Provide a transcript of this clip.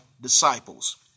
disciples